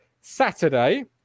Saturday